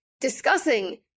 discussing